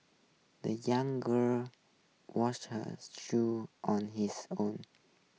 the young girl washed her's shoes on his own